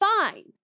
fine